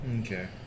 okay